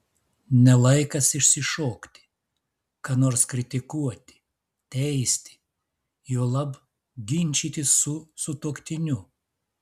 ne laikas išsišokti ką nors kritikuoti teisti juolab ginčytis su sutuoktiniu